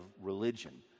religion